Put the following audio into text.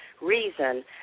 reason